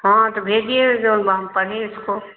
हाँ तो भेजिए जो हम पनीर को